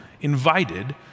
invited